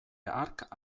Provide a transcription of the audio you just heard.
hark